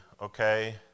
okay